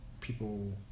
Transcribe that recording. people